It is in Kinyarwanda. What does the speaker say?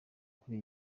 kuri